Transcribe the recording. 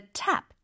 tap